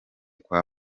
kwa